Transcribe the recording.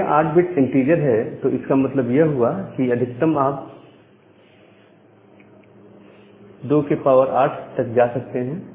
अगर यह 8 bits integer है तो इसका मतलब यह हुआ कि अधिकतम आप 28 तक जा सकते हैं